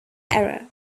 error